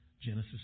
Genesis